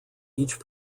each